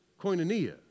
koinonia